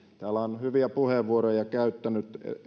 täällä on hyviä puheenvuoroja käyttänyt